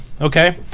Okay